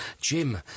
Jim